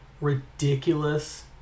ridiculous